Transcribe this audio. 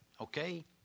Okay